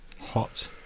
Hot